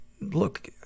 Look